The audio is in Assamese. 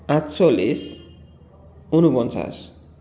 আঠচল্লিছ ঊনপঞ্চাছ